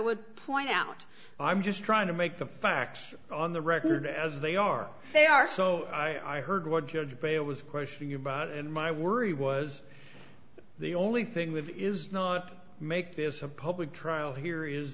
would point out i'm just trying to make the facts on the record as they are they are so i heard what judge breyer was question about and my worry was the only thing with it is not make this a public trial here is